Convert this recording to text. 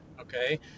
Okay